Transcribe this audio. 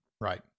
Right